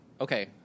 Okay